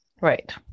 Right